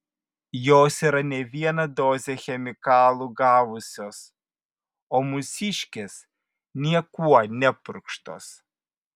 jos yra ne vieną dozę chemikalų gavusios o mūsiškės niekuo nepurkštos